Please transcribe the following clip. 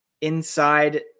inside